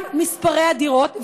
גם מספרי הדירות,